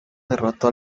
derrotó